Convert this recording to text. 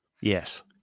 Yes